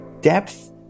depth